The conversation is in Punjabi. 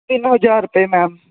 ਤਿੰਨ ਹਜ਼ਾਰ ਰੁਪਏ ਮੈਮ